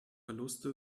verluste